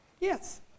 Yes